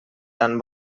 tan